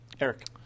Eric